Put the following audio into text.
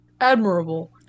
Admirable